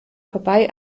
vorbei